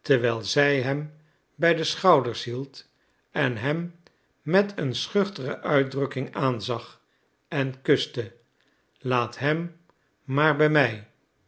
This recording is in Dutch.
terwijl zij hem bij de schouders hield en hem met een schuchtere uitdrukking aanzag en kuste laat hem maar bij mij